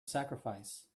sacrifice